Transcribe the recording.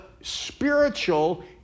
spiritual